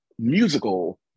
musical